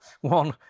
one